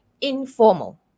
informal